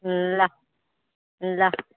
ल ल